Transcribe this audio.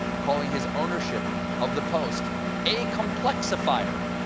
calling his ownership of the post a complexifier.